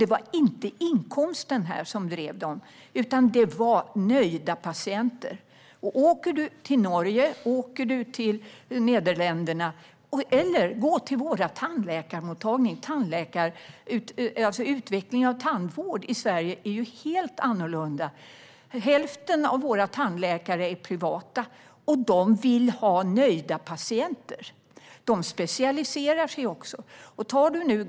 Det var inte inkomsten som drev dessa läkare, utan det var nöjda patienter. Se på Norge och Nederländerna, eller titta på tandläkarmottagningarna. Utvecklingen av tandvården i Sverige har varit helt annorlunda. Hälften av tandläkarna har privata mottagningar. De vill ha nöjda patienter. De specialiserar sig också.